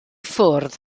ffwrdd